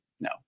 no